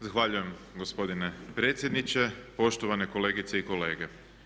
Zahvaljujem gospodine predsjedniče, poštovane kolegice i kolege.